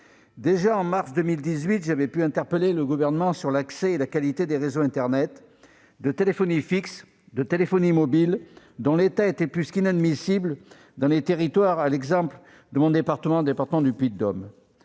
mois de mars 2018, j'avais interpellé le Gouvernement sur l'accès et la qualité des réseaux internet, de téléphonie fixe, de téléphonie mobile, dont l'état était plus qu'inadmissible dans les territoires, à l'exemple de mon département, le Puy-de-Dôme.